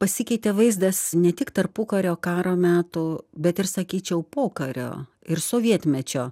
pasikeitė vaizdas ne tik tarpukario karo meto bet ir sakyčiau pokario ir sovietmečio